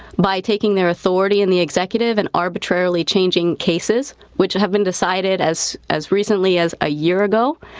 by taking their authority in the executive and arbitrarily changing cases, which have been decided as as recently as a year ago.